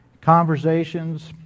conversations